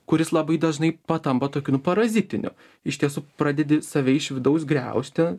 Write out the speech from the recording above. kuris labai dažnai patampa tokiu nu parazitiniu iš tiesų pradedi save iš vidaus griaužti